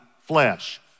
flesh